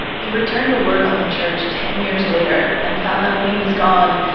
he returned to work on the church ten years later and found that when he was gone,